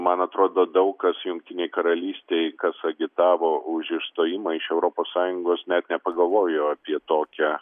man atrodo daug kas jungtinėj karalystėj kas agitavo už išstojimą iš europos sąjungos net nepagalvojo apie tokią